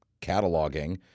cataloging